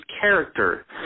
character